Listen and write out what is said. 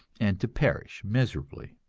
and to perish miserably.